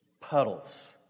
puddles